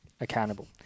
accountable